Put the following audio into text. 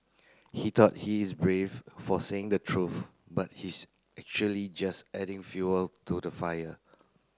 he thought he is brave for saying the truth but he's actually just adding fuel to the fire